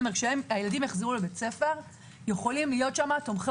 כשהילדים יחזרו לבית הספר יוכלו להיות שם תומכי